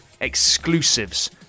exclusives